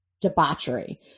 debauchery